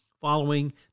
following